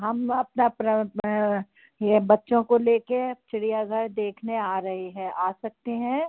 हाँ हम यह बच्चों को लेकर चिड़ियाघर देखने आ रहे हैं आ सकते हैं